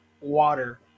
water